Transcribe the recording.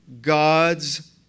God's